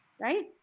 right